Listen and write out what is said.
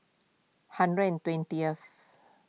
hundred and twentieth